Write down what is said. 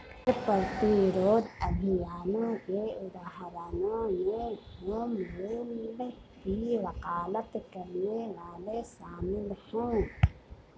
कर प्रतिरोध अभियानों के उदाहरणों में होम रूल की वकालत करने वाले शामिल हैं